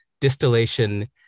distillation